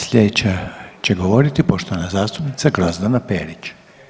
Sljedeća će govoriti poštovana zastupnica Grozdana Perić.